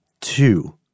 two